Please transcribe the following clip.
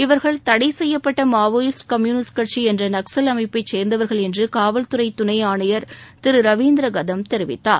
இவர்கள் தடை செய்யப்பட்ட மாவோயிஸ்ட் கம்யூனிஸ்ட் கட்சி என்ற நக்ஸல் அமைப்பை சேர்ந்தவர்கள் என்று காவல் துறை துணையர் திரு ரவீந்திர கதம் தெரிவித்தார்